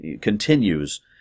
continues